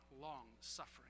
long-suffering